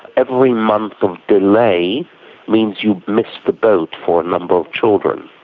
every month of delay means you miss the boat for a number of children,